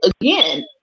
again